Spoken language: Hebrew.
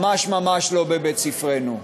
ממש ממש לא בבית-ספרנו.